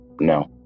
no